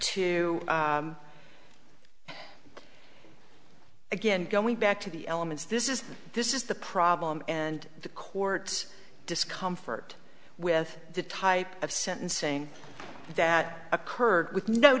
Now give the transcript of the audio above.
to again going back to the elements this is this is the problem and the court's discomfort with the type of sentencing that occurred with no